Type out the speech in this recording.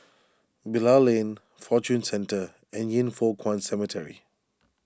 Bilal Lane Fortune Centre and Yin Foh Kuan Cemetery